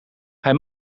hij